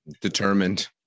Determined